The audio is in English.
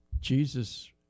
Jesus